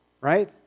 right